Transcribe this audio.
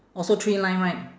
also three line right